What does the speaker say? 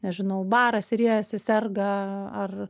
nežinau barasi riejasi serga ar